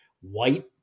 white